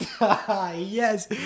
Yes